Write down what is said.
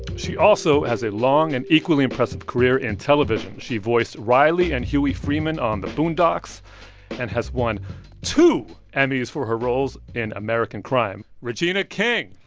she also has a long and equally impressive career in television. she voiced riley and huey freeman on the boondocks and has won two emmys for her roles in american crime. regina king,